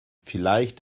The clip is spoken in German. vielleicht